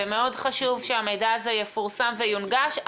מאוד חשוב שהמידע הזה יפורסם ויונגש.